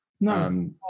No